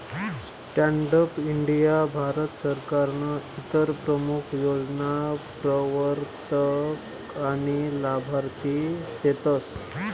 stand up India Bharat सरकारनं इतर प्रमूख योजना प्रवरतक आनी लाभार्थी सेतस